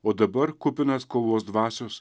o dabar kupinas kovos dvasios